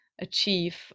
achieve